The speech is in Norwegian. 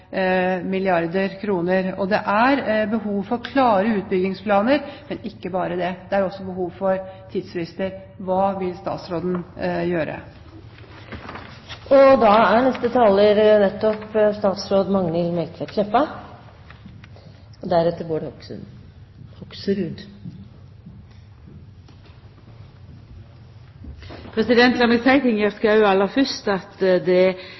Det er behov for klare utbyggingsplaner, men ikke bare det. Det er også behov for tidsfrister. Hva vil statsråden gjøre? Lat meg seia til Ingjerd Schou aller fyrst at det var varsla då Nasjonal transportplan vart lagd fram, at det skulle skje ei opptrapping. Det